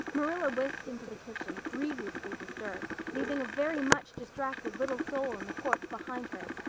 marilla whisked into the kitchen, grievously disturbed, leaving a very much distracted little soul in the porch behind her.